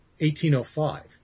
1805